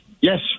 Yes